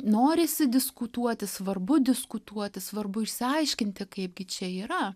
norisi diskutuoti svarbu diskutuoti svarbu išsiaiškinti kaipgi čia yra